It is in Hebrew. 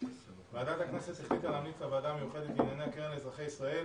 ועדת הכנסת החלטה להמליץ לוועדה המיוחדת לענייני הקרן לאזרחי ישראל